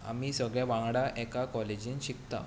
आमी सगळे वांगडा एका कॉलेजींत शिकता